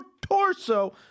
torso